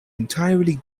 entirely